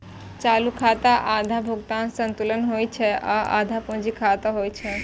चालू खाता आधा भुगतान संतुलन होइ छै आ आधा पूंजी खाता होइ छै